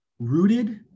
rooted